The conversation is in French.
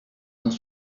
dans